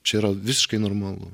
čia yra visiškai normalu